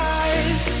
eyes